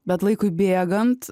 bet laikui bėgant